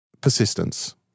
Persistence